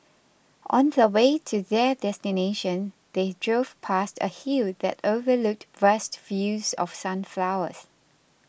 on the way to their destination they drove past a hill that overlooked vast fields of sunflowers